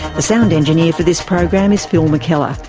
the sound engineer for this program is phil mckellar.